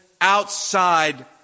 outside